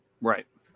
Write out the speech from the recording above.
Right